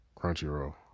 Crunchyroll